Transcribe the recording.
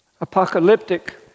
Apocalyptic